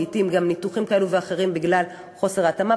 ולעתים עוברים גם ניתוחים כאלה ואחרים בגלל חוסר ההתאמה,